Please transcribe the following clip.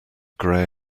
gray